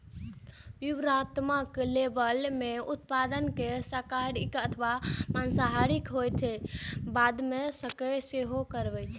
विवरणात्मक लेबल मे उत्पाद के शाकाहारी अथवा मांसाहारी होइ के मादे संकेत सेहो रहै छै